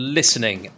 listening